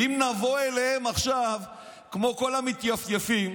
אם נבוא אליהם עכשיו כמו כל המתייפייפים,